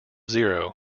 zero